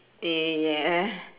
yeah